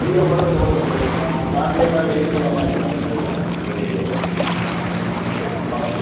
ഇല്ല കുഴപ്പമില്ല കുഴപ്പമില്ലാത് പ്ലാൻ ചെയ്തിട്ട് ഡേറ്റ് പറഞ്ഞാൽ മതി ഞാൻ റെഡിയാ ഞാൻ റെഡിയായി വന്നോളാം ഓക്കെ ഓക്കെ